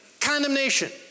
condemnation